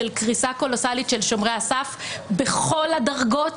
של קריסה קולוסלית של שומרי הסף בכל הדרגות,